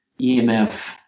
EMF